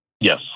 Yes